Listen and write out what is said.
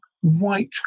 white